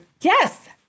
Yes